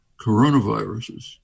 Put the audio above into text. coronaviruses